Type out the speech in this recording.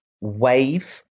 wave